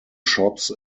shops